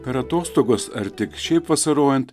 per atostogos ar tik šiaip vasarojant